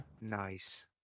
nice